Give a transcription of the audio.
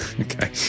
Okay